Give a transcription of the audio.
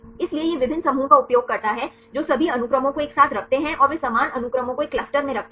इसलिए यह विभिन्न समूहों का उपयोग करता है जो सभी अनुक्रमों को एक साथ रखते हैं और वे समान अनुक्रमों को एक क्लस्टर में रखते हैं